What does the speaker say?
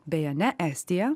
beje ne estija